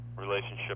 relationship